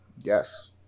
Yes